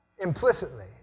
implicitly